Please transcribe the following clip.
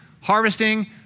harvesting